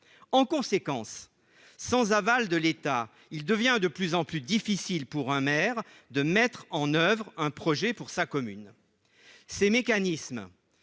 En conséquence, sans l'aval de l'État, il devient de plus en plus difficile pour un maire de mettre en oeuvre un projet pour sa commune. Ces mécanismes